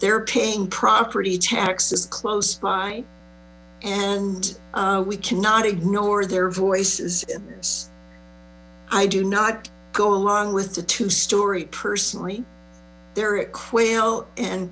they're paying property taxes close by and we cannot ignore their voices i do not go along with the two story personally there at quail and